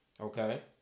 Okay